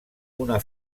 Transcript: una